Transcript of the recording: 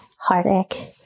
heartache